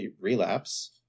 relapse